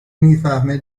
میفهمه